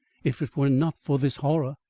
if it were not for this horror.